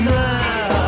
now